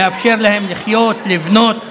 לאפשר להם לחיות, לבנות.